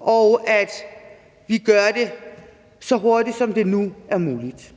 og til at vi gør det så hurtigt, som det nu er muligt.